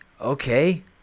okay